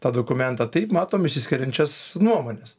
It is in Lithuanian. tą dokumentą taip matom išsiskiriančias nuomones